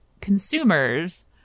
consumers